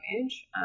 image